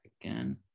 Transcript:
again